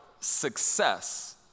success